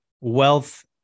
wealth